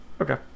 Okay